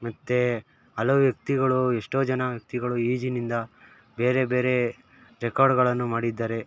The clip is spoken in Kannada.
ಮತ್ತೆ ಹಲವು ವ್ಯಕ್ತಿಗಳು ಎಷ್ಟೋ ಜನ ವ್ಯಕ್ತಿಗಳು ಈಜಿನಿಂದ ಬೇರೆ ಬೇರೆ ರೆಕಾರ್ಡುಗಳನ್ನು ಮಾಡಿದ್ದಾರೆ